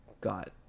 got